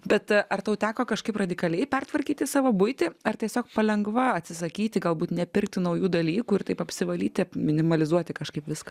bet ar tau teko kažkaip radikaliai pertvarkyti savo buitį ar tiesiog palengva atsisakyti galbūt nepirkti naujų dalykų ir taip apsivalyti apminimalizuoti kažkaip viską